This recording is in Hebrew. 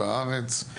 בארץ,